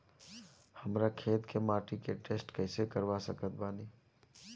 हमरा खेत के माटी के टेस्ट कैसे करवा सकत बानी?